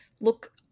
look